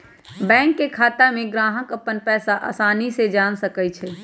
bank के खाता में ग्राहक अप्पन पैसा असानी से जान सकई छई